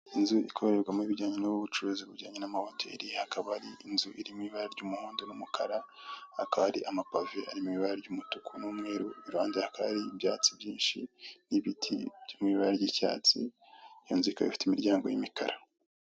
Inzu ikorerwamo ubucuruzi bujyanye no gucuruza amata hakaba harimo firigo iri mu ibara ry'umweru ifunguye, irimo ijagi n'amajerekani yo mu ibara ry'umweru hakaba harimo n'uducupa tw'amazi n'indi jagi iri mu ibara ry'icyatsi iruhande rw'aho hakaba hateretse utubido turi mu ibara ry'umweru.